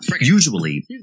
Usually